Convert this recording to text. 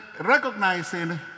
recognizing